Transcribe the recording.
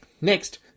Next